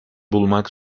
bulmak